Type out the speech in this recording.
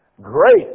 Great